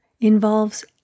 involves